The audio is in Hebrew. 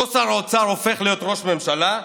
אותו שר אוצר הופך להיות ראש ממשלה,